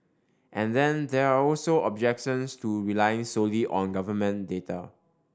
and then there are also objections to relying solely on government data